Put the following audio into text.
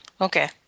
Okay